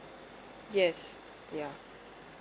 yes yeah